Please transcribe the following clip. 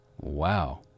Wow